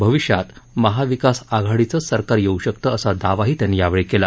भविष्यात महाविकास आघाडीचच सरकार येऊ शकतं असा दावाही त्यांनी केला